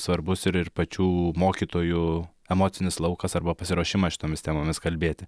svarbus ir ir pačių mokytojų emocinis laukas arba pasiruošimas šitomis temomis kalbėti